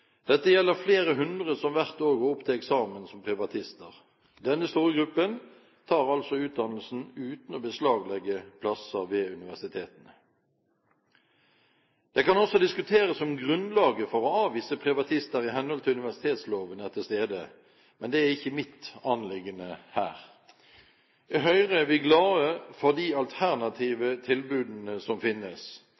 Dette gjelder flere hundre som hvert år går opp til eksamen som privatister. Denne store gruppen tar altså utdannelsen uten å beslaglegge plasser ved universitetene. Det kan også diskuteres om grunnlaget for å avvise privatister i henhold til universitetsloven er til stede, men det er ikke mitt anliggende her. I Høyre er vi glad for de alternative